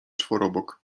czworobok